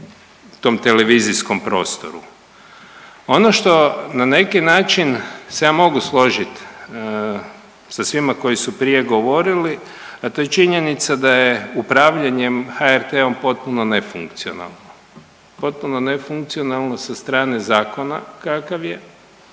u tom televizijskom prostoru. Ono što na neki način se ja mogu složiti sa svima koji su prije govorili, a to je činjenica da je upravljanje HRT-om potpuno nefunkcionalno, potpuno nefunkcionalno sa strane zakona kakav je